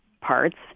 parts